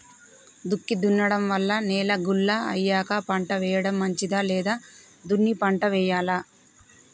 దుక్కి దున్నడం వల్ల నేల గుల్ల అయ్యాక పంట వేయడం మంచిదా లేదా దున్ని పంట వెయ్యాలా?